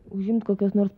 užimt kokias nors